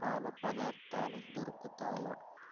పాల పదార్ధాలు దొరుకుతాయా